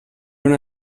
una